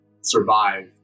survive